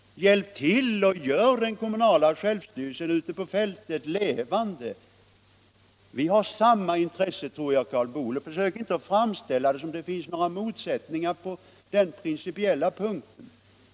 Hjälp till att göra det kommunala självstyret ute på fältet levande. Jag tror att vi har samma intresse här, Karl Boo. Försök inte att framställa det som om det finns några motsättningar på den här principiella punkten.